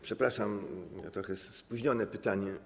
Przepraszam, zadam trochę spóźnione pytanie.